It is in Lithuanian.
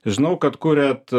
žinau kad kuriat